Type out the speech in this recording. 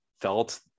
felt